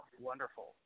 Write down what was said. Wonderful